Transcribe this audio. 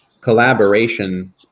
collaboration